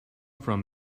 from